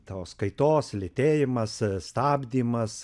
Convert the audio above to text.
tos kaitos lėtėjimas stabdymas